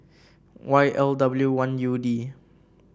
Y L W one U D